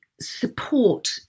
support